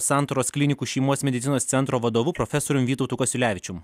santaros klinikų šeimos medicinos centro vadovu profesorium vytautu kasiulevičium